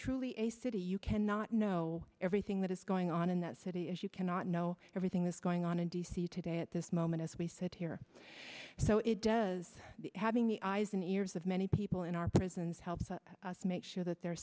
truly a city you cannot know everything that is going on in that city as you cannot know everything that's going on in d c today at this moment as we said here so it does having the eyes and ears of many people in our prisons help us make sure that they're